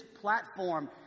platform